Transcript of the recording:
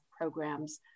programs